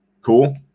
Cool